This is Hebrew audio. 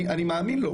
אני מאמין לו,